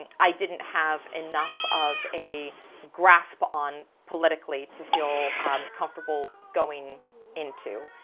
and i didn't have enough of a grasp on politically to feel comfortable going into.